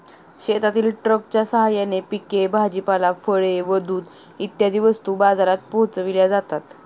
शेतातील ट्रकच्या साहाय्याने पिके, भाजीपाला, फळे व दूध इत्यादी वस्तू बाजारात पोहोचविल्या जातात